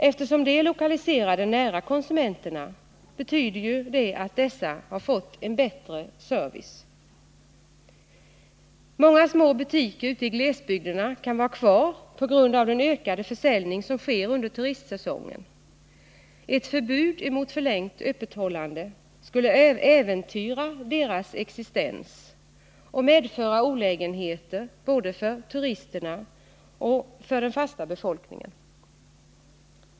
Eftersom dessa butiker är lokaliserade nära konsumenterna, betyder denna utveckling att dessa har fått en bättre service. Många små butiker ute i glesbygderna kan fortsätta sin verksamhet på grund av den utökning av för Iljningen som sker under turistsäsongen. Ett förbud mot förlängt öppethållande skulle äventyra deras existens och medföra olägenheter både för turisterna och för den fasta befolkningen.